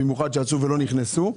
במיוחד שיצאו ולא נכנסו,